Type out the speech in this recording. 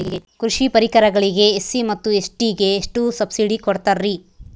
ಕೃಷಿ ಪರಿಕರಗಳಿಗೆ ಎಸ್.ಸಿ ಮತ್ತು ಎಸ್.ಟಿ ಗೆ ಎಷ್ಟು ಸಬ್ಸಿಡಿ ಕೊಡುತ್ತಾರ್ರಿ?